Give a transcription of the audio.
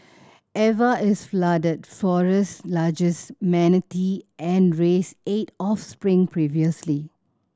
Eva is Flooded Forest's largest manatee and raised eight offspring previously